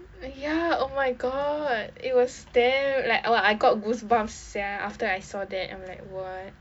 ya oh my god it was there like oh I got goosebumps [sial] after I saw that I'm like what